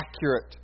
accurate